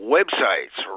Websites